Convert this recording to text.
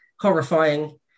horrifying